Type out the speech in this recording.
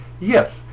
Yes